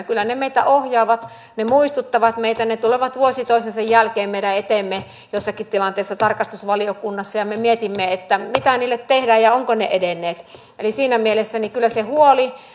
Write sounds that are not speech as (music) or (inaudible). (unintelligible) kyllä ne meitä ohjaavat ne muistuttavat meitä ne tulevat vuosi toisensa jälkeen meidän eteemme jossakin tilanteessa tarkastusvaliokunnassa ja me mietimme mitä niille tehdään ja ovatko ne edenneet eli siinä mielessä kyllä se huoli